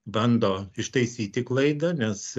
bando ištaisyti klaidą nes